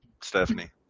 stephanie